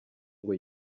ngo